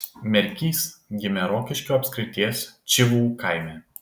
merkys gimė rokiškio apskrities čivų kaime